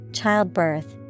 childbirth